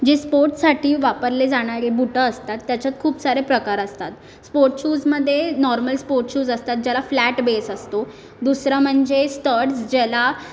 जे स्पोर्टसाठी वापरले जाणारे बुटं असतात त्याच्यात खूप सारे प्रकार असतात स्पोर्ट शूजमध्ये नॉर्मल स्पोर्ट शूज असतात ज्याला फ्लॅट बेस असतो दुसरा म्हणजे स्टड्स ज्याला